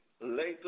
later